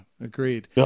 agreed